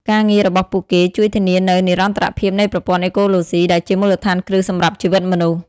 ការងាររបស់ពួកគេជួយធានានូវ និរន្តរភាពនៃប្រព័ន្ធអេកូឡូស៊ី ដែលជាមូលដ្ឋានគ្រឹះសម្រាប់ជីវិតមនុស្ស។